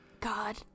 God